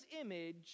image